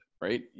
right